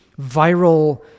viral